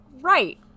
Right